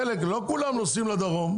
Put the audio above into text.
לא כולם נוסעים לדרום.